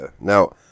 now